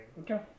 Okay